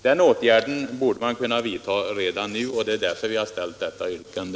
Den åtgärden borde man kunna vidta redan nu, och det är därför vi har ställt detta yrkande.